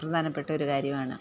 പ്രധാനപ്പെട്ടൊരു കാര്യമാണ്